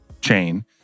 chain